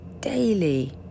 daily